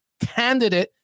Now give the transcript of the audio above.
candidate